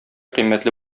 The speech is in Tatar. кыйммәтле